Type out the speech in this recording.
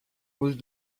would